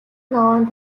ногоон